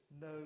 no